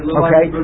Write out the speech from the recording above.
okay